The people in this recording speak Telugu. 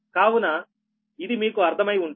కావున ఇది మీకు అర్థమై ఉంటుంది